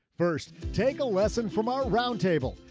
first, take a lesson from our round table.